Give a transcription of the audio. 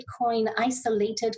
Bitcoin-isolated